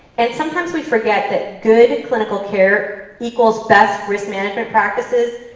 and sometimes we forget that good clinical care equals best risk management practices,